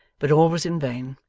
but all was in vain.